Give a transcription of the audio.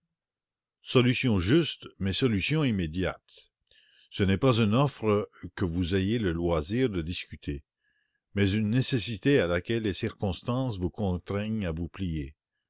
solution juste mais solution immédiate ce n'est pas une offre que vous ayez le loisir de discuter mais une nécessité à laquelle les circonstances vous contraignent à vous plier